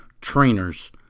trainers